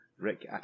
Rick